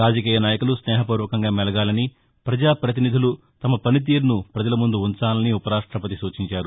రాజకీయ నాయకులు స్నేహపూర్వకంగా మెలగాలని ప్రజా పతినిధులు తమ పనితీరును ప్రజల ముందు ఉంచాలని ఉపరాష్టపతి సూచించారు